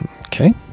Okay